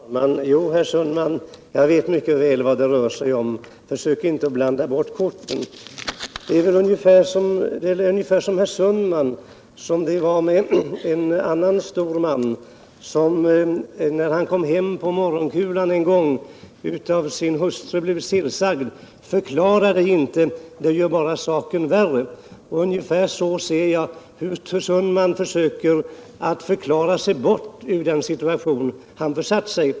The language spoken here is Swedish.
Herr talman! Jo, herr Sundman, jag vet mycket väl vad det rör sig om. Försök inte att blanda bort korten! Det är väl med herr Sundman ungefär som det var med en annan stor man, som när han kom hem på morgonkulan en gång av sin hustru blev tillsagd: Förklara dig inte, det gör bara saken värre. Ungefär så ser jag det när herr Sundman försöker förklara sig ur den situation han försatt sig i.